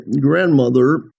grandmother